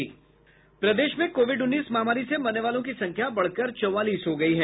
प्रदेश में कोविड उन्नीस महामारी से मरने वालों की संख्या बढकर चौवालीस हो गयी है